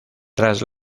tras